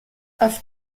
auf